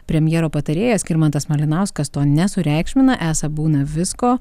premjero patarėjas skirmantas malinauskas to nesureikšmina esą būna visko